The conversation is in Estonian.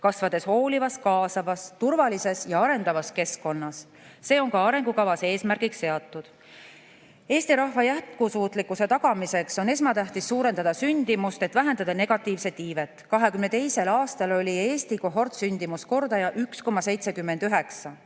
kasvades hoolivas, kaasavas, turvalises ja arendavas keskkonnas. See on ka arengukavas eesmärgiks seatud. Eesti rahva jätkusuutlikkuse tagamiseks on esmatähtis suurendada sündimust, et vähendada negatiivset iivet. Aastal 2022 oli Eesti kohortsündimuskordaja 1,79.